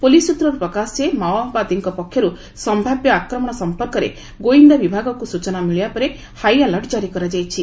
police ସୂତ୍ରରୁ ପ୍ରକାଶ ଯେ ମାଓବାଦୀଙ୍କ ପକ୍ଷରୁ ସ୍ୟାବ୍ୟ ଆକ୍ରମଣ ସଂପର୍କରେ ଗୋଇନ୍ଦା ବିଭାଗକୁ ସୂଚନା ମିଳିବା ପରେ ହାଇଆଲର୍ଟ୍ ଜାରି କରାଯାଇଛି